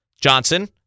Johnson